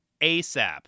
ASAP